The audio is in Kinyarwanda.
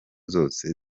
zose